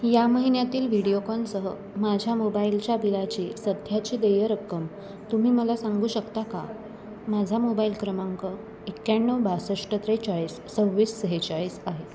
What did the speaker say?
या महिन्यातील व्हिडिओकॉनसह माझ्या मोबाईलच्या बिलाची सध्याची देय रक्कम तुम्ही मला सांगू शकता का माझा मोबाईल क्रमांक एक्याण्णव बासष्ट त्रेचाळीस सव्वीस सेहेचाळीस आहे